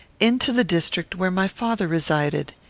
into the district where my father resided.